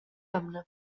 jamna